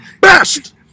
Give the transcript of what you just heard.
best